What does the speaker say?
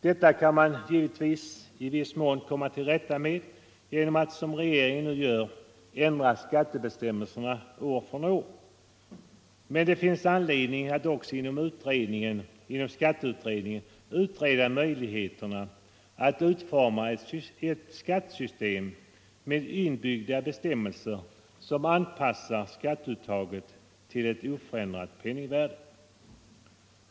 Detta kan man givetvis i viss mån komma till rätta med genom att — som regeringen nu gör — ändra skattebestämmelserna år från år, men det finns anledning att inom skatteutredningen också undersöka möjligheterna att utforma ett skattesystem med inbyggda bestämmelser som anpassar skatteuttaget till ett förändrat penningvärde.